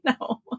No